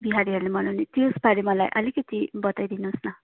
बिहारीहरूले मनाउने त्यसबारे मलाई अलिकति बताइदिनुहोस् न